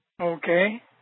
Okay